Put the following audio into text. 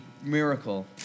miracle